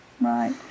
Right